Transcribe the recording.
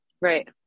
right